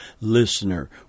listener